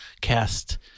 cast